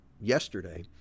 yesterday